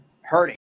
hurting